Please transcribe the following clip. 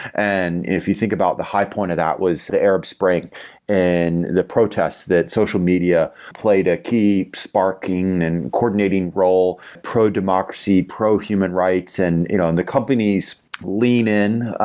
and if you think about the high point of that was the arab spring and the protests that social media played a key, sparking and coordinating role, pro-democracy, pro human rights, and you know and the companies lehman,